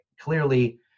clearly